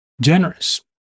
generous